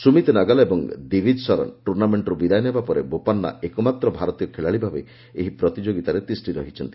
ସୁମିତ୍ ନାଗାଲ୍ ଓ ଦିବିଜ୍ ଶରନ୍ ଟୁର୍ଣ୍ଣାମେଷ୍ଟ୍ରୁ ବିଦାୟ ନେବା ପରେ ବୋପାନ୍ନା ଏକମାତ୍ର ଭାରତୀୟ ଖେଳାଳି ଭାବେ ଏହି ପ୍ରତିଯୋଗିତାରେ ତିଷ୍ଠି ରହିଛନ୍ତି